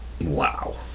Wow